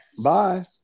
Bye